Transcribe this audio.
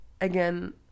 again